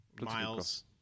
Miles